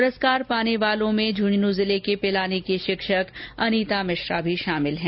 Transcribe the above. पुरस्कार पाने वालों में झुंझुनू जिले के पिलानी की शिक्षक अनीता मिश्रा भी शामिल हैं